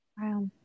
Wow